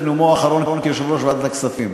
נאומו האחרון כיושב-ראש ועדת הכספים.